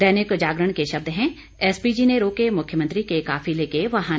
दैनिक जागरण के शब्द हैं एसपीजी ने रोके मुख्यमंत्री के काफिले के वाहन